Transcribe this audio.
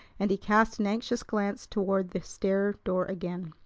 and he cast an anxious glance toward the stair-door again.